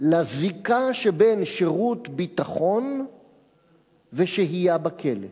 לזיקה שבין שירות ביטחון ושהייה בכלא.